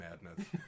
madness